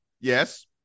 yes